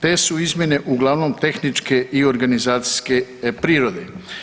Te su izmjene uglavnom tehničke i organizacijske prirode.